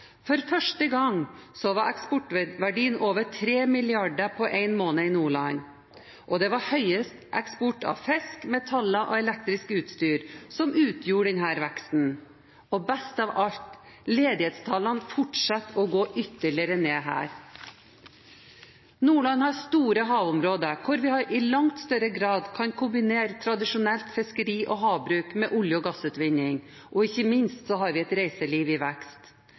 For første gang var eksportverdien på over 3 mrd. kr på én måned i Nordland, og det var høyest eksport av fisk, metaller og elektrisk utstyr som utgjorde denne veksten, og best av alt: ledighetstallene fortsetter å gå ytterligere ned her. Nordland har store havområder hvor vi i langt større grad kan kombinere tradisjonelt fiske og havbruk med olje- og gassutvinning, og ikke minst har vi et reiseliv i vekst.